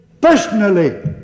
personally